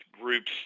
groups